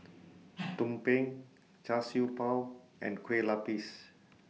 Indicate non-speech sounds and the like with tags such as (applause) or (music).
(noise) Tumpeng Char Siew Bao and Kueh Lupis